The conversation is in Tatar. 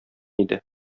иде